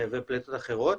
ופליטות אחרות